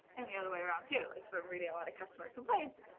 and the other way around too. if reading a lot of customer complaints,